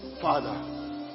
Father